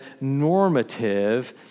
normative